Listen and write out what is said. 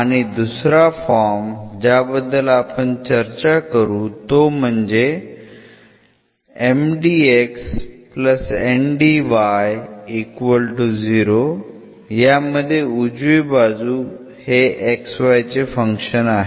आणि दुसरा फॉर्म ज्याबद्दल आपण चर्चा करू तो म्हणजे यामध्ये उजवी बाजू हे x y चे फंक्शन आहे